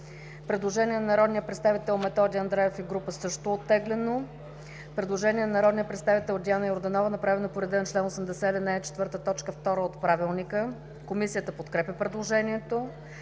предложение на народния представител Методи Андреев и група също е оттеглено. Има предложение на народния представител Диана Йорданова, направено по реда на чл. 80, ал. 4, т. 2 от Правилника. Комисията подкрепя предложението.